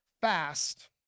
fast